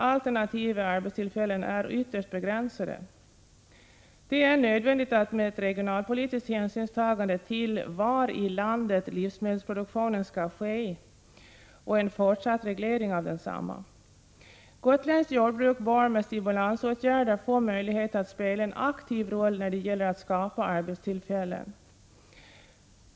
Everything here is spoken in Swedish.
Antalet alternativa arbetstillfällen är ytterst begränsat. Det är nödvändigt med ett regionalpolitiskt hänsynstagande till var i landet livsmedelsproduktionen skall ske och en fortsatt reglering av densamma. Gotländskt jordbruk bör med stimulansåtgärder få möjlighet att spela en aktiv roll när det gäller att skapa arbetstillfällen.